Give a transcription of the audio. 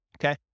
Okay